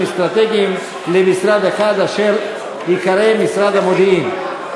אסטרטגיים למשרד אחד אשר ייקרא משרד המודיעין.